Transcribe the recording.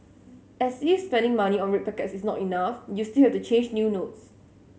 as is spending money on red packets is not enough you still have the change new notes